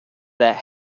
that